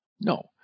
no